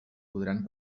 podran